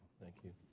thank you.